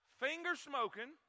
finger-smoking